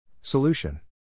Solution